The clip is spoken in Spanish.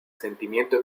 sentimiento